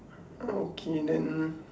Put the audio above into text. okay then